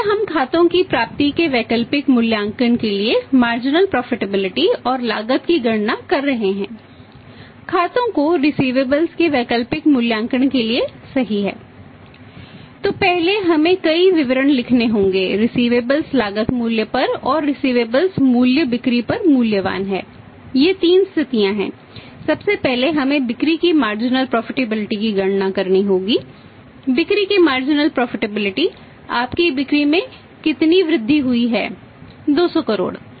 इसलिए हम खातों की प्राप्ति के वैकल्पिक मूल्यांकन के लिए मार्जिनल आपकी बिक्री में कितनी वृद्धि हुई है 200 करोड़